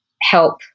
help